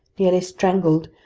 nearly strangled,